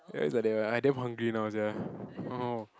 ya is like that [one] I damn hungry now sia oh